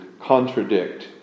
contradict